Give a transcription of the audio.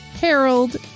Harold